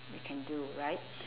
we can do right